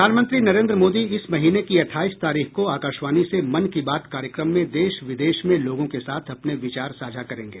प्रधानमंत्री नरेन्द्र मोदी इस महीने की अठाईस तारीख को आकाशवाणी से मन की बात कार्यक्रम में देश विदेश में लोगों के साथ अपने विचार साझा करेंगे